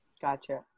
Gotcha